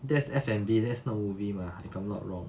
that's F&B there's not movie mah if I'm not wrong